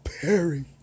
Perry